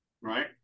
right